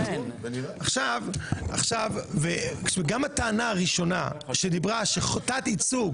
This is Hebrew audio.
גם הטענה הראשונה שדיברה על תת ייצוג